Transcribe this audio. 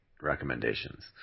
recommendations